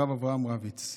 הרב אברהם רביץ.